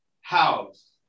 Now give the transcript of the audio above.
house